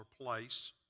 place